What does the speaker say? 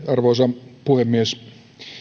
arvoisa puhemies